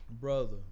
brother